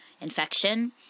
infection